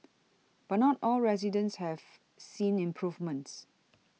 but not all residents have seen improvements